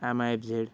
Yamaha F zed